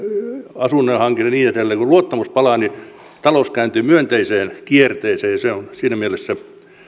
asunnon hankinnan ja niin edelleen kun luottamus palaa niin talous kääntyy myönteiseen kierteeseen ja se on siinä mielessä